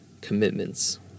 commitments